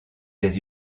des